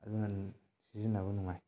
ꯑꯗꯨꯅ ꯁꯤꯖꯤꯟꯅꯕ ꯅꯨꯡꯉꯥꯏ